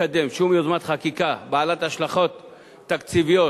לקדם שום יוזמת חקיקה בעלת השלכות תקציביות,